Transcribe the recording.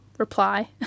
reply